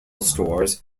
stores